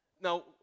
now